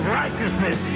righteousness